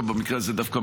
לקריאה הראשונה.